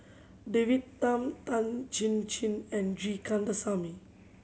David Tham Tan Chin Chin and G Kandasamy